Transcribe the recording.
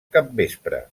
capvespre